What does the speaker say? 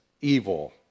evil